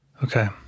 Okay